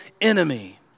enemy